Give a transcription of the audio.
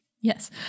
Yes